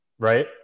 right